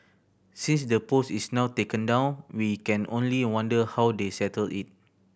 since the post is now taken down we can only wonder how they settled it